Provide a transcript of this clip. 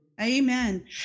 Amen